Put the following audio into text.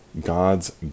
God's